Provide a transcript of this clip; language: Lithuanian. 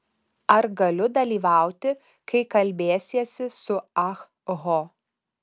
ar galiu dalyvauti kai kalbėsiesi su ah ho